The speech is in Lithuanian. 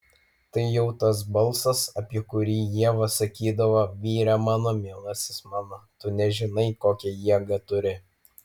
tai jau tas balsas apie kurį ieva sakydavo vyre mano mielasis mano tu nežinai kokią jėgą turi